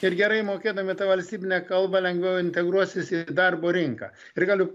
ir gerai mokėdami tą valstybinę kalbą lengviau integruosis į darbo rinką ir galiu